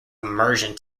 immersion